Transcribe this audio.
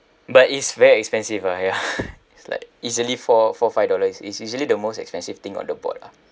but it's very expensive ah ya it's like easily four four five dollars it's easily the most expensive thing on the board lah